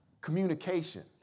communication